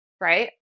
right